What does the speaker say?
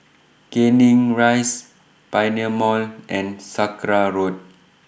Canning Rise Pioneer Mall and Sakra Road